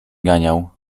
ganiał